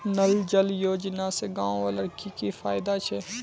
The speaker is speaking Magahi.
नल जल योजना से गाँव वालार की की फायदा छे?